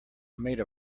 made